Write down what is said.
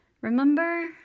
Remember